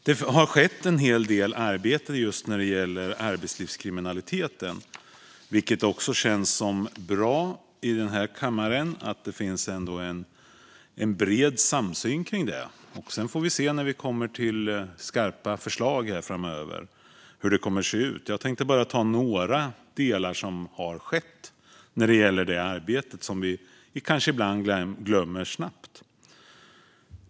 Det har skett en hel del arbete just när det gäller arbetslivskriminaliteten. Det känns bra att det finns en bred samsyn kring detta i kammaren. Sedan får vi se hur det kommer att se ut när vi framöver kommer till skarpa förslag. Jag tänker bara ta upp några saker som har skett när det gäller det här arbetet och som vi ibland kanske glömmer snabbt.